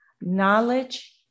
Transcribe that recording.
knowledge